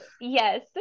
Yes